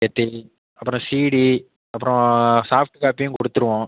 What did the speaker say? அப்புறம் சீடி அப்புறம் சாஃப்டு காப்பியும் கொடுத்துருவோம்